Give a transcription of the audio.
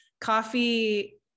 coffee